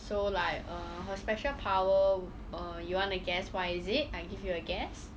so like err her special power err you want to guess what is it I give you a guess